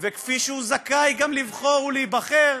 וכפי שהוא זכאי גם לבחור ולהיבחר,